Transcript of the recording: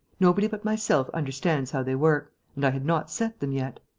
nobody but myself understands how they work and i had not set them yet.